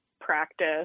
practice